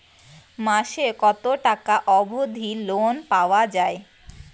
মাসে কত টাকা অবধি লোন পাওয়া য়ায়?